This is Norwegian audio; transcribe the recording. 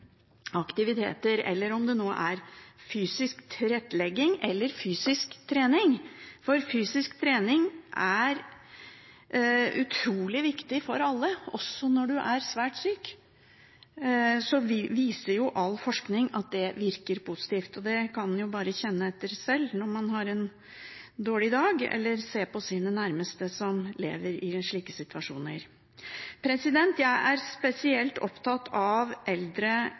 aktiviteter, enten det er fysisk tilrettelegging eller fysisk trening. Fysisk trening er viktig for alle, også når man er svært syk. All forskning viser at det virker positivt. Det kan man bare kjenne etter selv, når man har en dårlig dag eller ser på sine nærmeste som lever i slike situasjoner. Jeg er spesielt opptatt av eldre